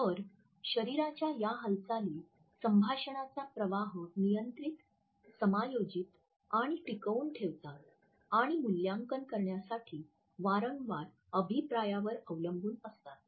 तर शरीराच्या या हालचाली संभाषणाचा प्रवाह नियंत्रित समायोजित आणि टिकवून ठेवतात आणि मूल्यांकन करण्यासाठी वारंवार अभिप्रायावर अवलंबून असतात